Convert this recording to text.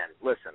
listen